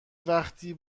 وقتی